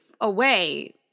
away